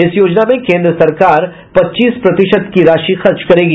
इस योजना में केंद्र सरकार पच्चीस प्रतिशत की राशि खर्च करेगी